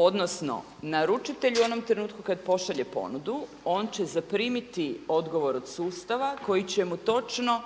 Odnosno naručitelj u onom trenutku kada pošalje ponudu on će zaprimiti odgovor od sustava koji će mu točno